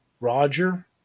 Roger